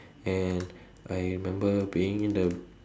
and I remember being in the